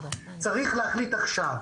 צריך להחליט עכשיו,